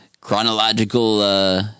chronological